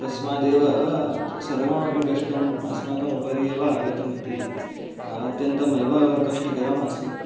तस्मादेव सर्वमपि कष्टम् अस्माकमुपरि एव आगतमिति अत्यन्तमेव कष्टकरम् आसीत्